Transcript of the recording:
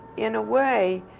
in a way,